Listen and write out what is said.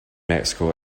mexico